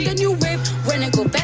new whip. when